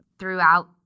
Throughout